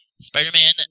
Spider-Man